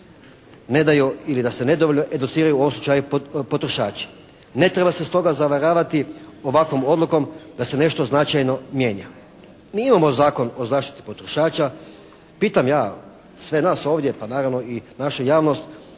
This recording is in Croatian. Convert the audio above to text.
ne daju ili da se nedovoljno educiraju … /Govornik se ne razumije./ potrošači. Ne treba se stoga zavaravati ovakvom odlukom da se nešto značajno mijenja. Mi imamo Zakon o zaštiti potrošača, pitam ja sve nas ovdje pa naravno i našu javnost,